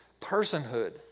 personhood